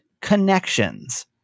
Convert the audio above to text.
Connections